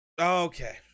Okay